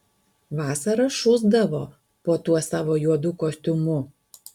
vasarą šusdavo po tuo savo juodu kostiumu